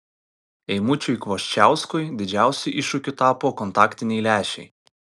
eimučiui kvoščiauskui didžiausiu iššūkiu tapo kontaktiniai lęšiai